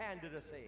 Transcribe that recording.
candidacy